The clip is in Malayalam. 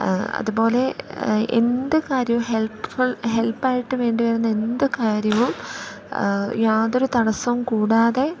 അതുപോലെ എന്ത് കാര്യവും ഹെൽപ്പ്ഫുൾ ഹെൽപ്പ് ആയിട്ട് വേണ്ടി വരുന്ന എന്ത് കാര്യവും യാതൊരു തടസ്സവും കൂടാതെ